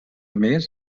més